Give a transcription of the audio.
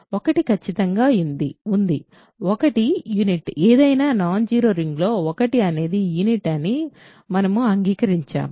1 ఖచ్చితంగా ఉంది 1 ఒక యూనిట్ ఏదైనా నాన్ జీరో రింగ్లో 1 అనేది యూనిట్ అని మేము అంగీకరించాము